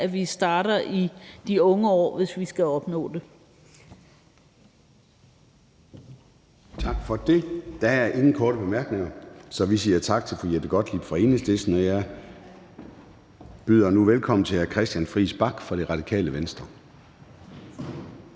at vi starter i de unge år, hvis vi skal opnå det. Kl. 10:47 Formanden (Søren Gade): Tak for det. Der er ingen korte bemærkninger, så vi siger tak til fru Jette Gottlieb fra Enhedslisten. Jeg byder nu velkommen til hr. Christian Friis Bach fra Radikale Venstre.